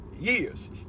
years